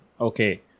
okay